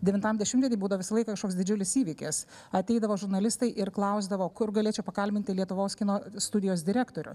devintam dešimtmety būdavo visą laiką kažkoks didžiulis įvykis ateidavo žurnalistai ir klausdavo kur galėčiau pakalbinti lietuvos kino studijos direktorių